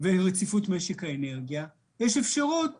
רציפות משק האנרגיה, יש אפשרות